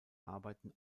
arbeiten